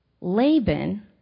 Laban